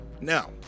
Now